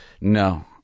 No